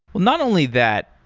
not only that.